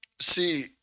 See